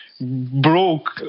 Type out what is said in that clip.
broke